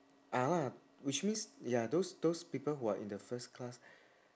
ah lah which means ya those those people who are in the first class